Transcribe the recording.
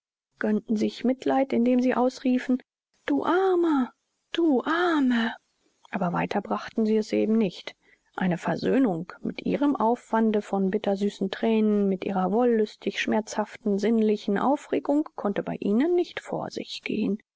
gönnten sich mitleid indem sie ausriefen du armer du arme aber weiter brachten sie es eben nicht eine versöhnung mit ihrem aufwande von bittersüßen thränen mit ihrer wollüstig schmerzhaften sinnlichen aufregung konnte bei ihnen nicht vor sich gehen